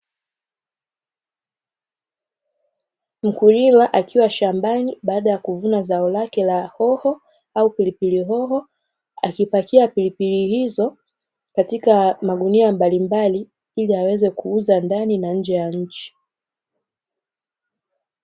Mkulima akiwa shambani baada ya kuvuna zao lake la hoho au pilipili hoho, akipakia pilipili hizo katika magunia mbalimbali, ili aweze kuuza ndani na nje ya nchi.